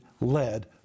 led